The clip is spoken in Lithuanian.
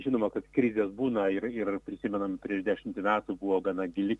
žinoma kad krizės būna ir ir prisimenam prieš dešimtį metų buvo gana gili